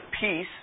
peace